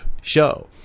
show